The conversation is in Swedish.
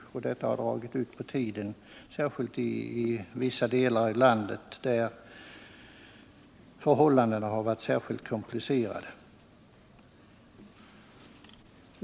Det har dragit ut på tiden särskilt mycket i vissa delar av landet, där förhållandena varit speciellt komplicerade.